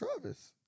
Travis